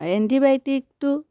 এণ্টিবায়'টিকটো